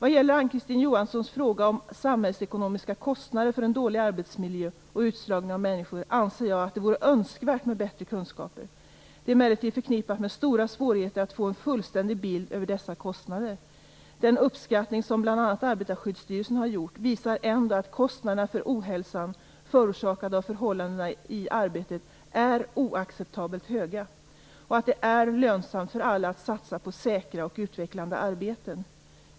Vad gäller Ann-Kristine Johanssons fråga om samhällsekonomiska kostnader för en dålig arbetsmiljö och utslagning av människor anser jag att det vore önskvärt med bättre kunskaper. Det är emellertid förknippat med stora svårigheter att få en fullständig bild över dessa kostnader. Den uppskattning som bl.a. Arbetarskyddsstyrelsen har gjort visar ändå att kostnaderna för ohälsan förorsakad av förhållandena i arbetet är oacceptabelt höga och att det är lönsamt för alla att satsa på säkra och utvecklande arbeten.